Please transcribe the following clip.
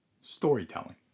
storytelling